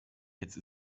jetzt